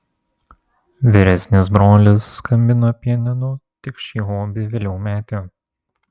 vyresnis brolis skambino pianinu tik šį hobį vėliau metė